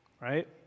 right